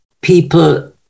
people